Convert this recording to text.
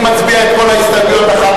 אני מביא להצבעה את כל ההסתייגויות אחת